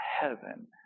heaven